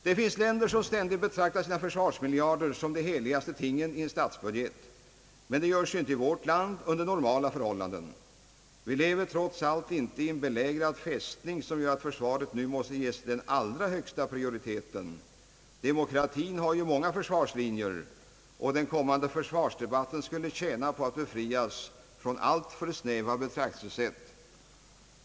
Det finns länder som betraktar sina försvarsmiljarder som de heligaste tingen i en statsbudget, men det görs ju inte i vårt land under normala förhållanden. Vi lever trots allt inte i en belägrad fästning, som gör att försvaret måste ges den allra högsta prioritet — demokratin har många försvarslinjer — och den kommande försvarsdebatten skulle tjäna på att befrias från alltför snäva betraktelsesätt.